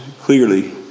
clearly